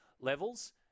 levels